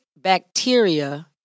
bacteria